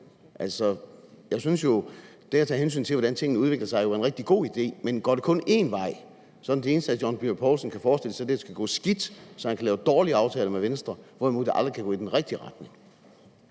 det? Jeg synes jo altså, at det at tage hensyn til, hvordan tingene udvikler sig, er en rigtig god idé, men går det kun én vej, er det eneste, hr. John Dyrby Paulsen så kan forestille sig, at det skal gå skidt, så han kan lave dårlige aftaler med Venstre, hvorimod det aldrig kan gå i den rigtige retning?